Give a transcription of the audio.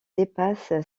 dépasse